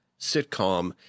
sitcom